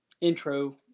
intro